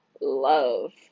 love